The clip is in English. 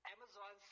Amazon